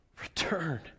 return